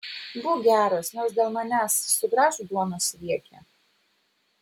būk geras nors dėl manęs sugraužk duonos riekę